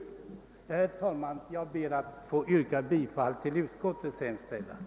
Herr talman! Jag ber att få yrka bifall till utskottets hemställan.